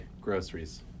groceries